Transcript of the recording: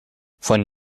von